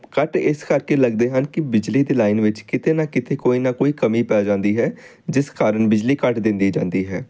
ਕੱਟ ਇਸ ਕਰਕੇ ਲੱਗਦੇ ਹਨ ਕਿ ਬਿਜਲੀ ਦੀ ਲਾਈਨ ਵਿੱਚ ਕਿਤੇ ਨਾ ਕਿਤੇ ਕੋਈ ਨਾ ਕੋਈ ਕਮੀ ਪੈ ਜਾਂਦੀ ਹੈ ਜਿਸ ਕਾਰਨ ਬਿਜਲੀ ਕੱਟ ਦਿੱਤੀ ਜਾਂਦੀ ਹੈ